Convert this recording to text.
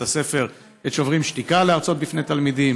הספר את שוברים שתיקה להרצות בפני תלמידים,